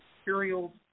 materials